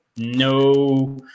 no